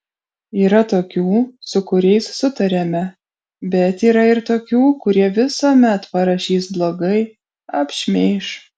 yra tokių su kuriais sutariame bet yra ir tokių kurie visuomet parašys blogai apšmeiš